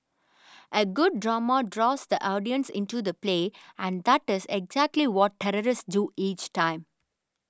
a good drama draws the audience into the play and that is exactly what terrorists do each time